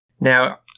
Now